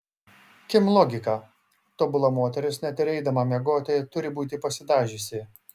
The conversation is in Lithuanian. kim logika tobula moteris net ir eidama miegoti turi būti pasidažiusi